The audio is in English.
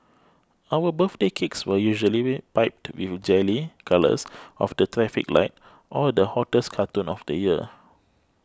our birthday cakes were usually piped with jelly colours of the traffic light or the hottest cartoon of the year